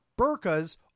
burkas